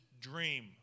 dream